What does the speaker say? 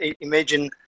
imagine